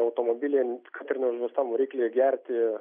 automobilyje kad ir neužvetam variklyje gerti